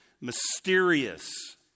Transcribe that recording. mysterious